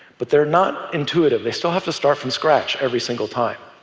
but they're not intuitive. they still have to start from scratch every single time,